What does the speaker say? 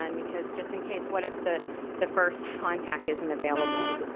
um because just in case, what if the the first contact isn't available?